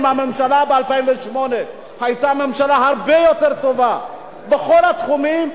אם הממשלה ב-2008 היתה ממשלה הרבה יותר טובה בכל התחומים,